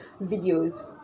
videos